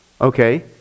okay